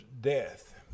death